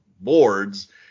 boards